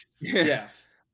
yes